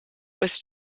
ist